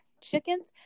chickens